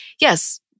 yes